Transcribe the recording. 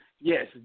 yes